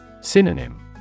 Synonym